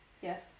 Yes